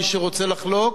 מי שרוצה לחלוק.